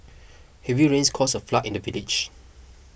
heavy rains caused a flood in the village